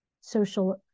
social